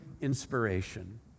inspiration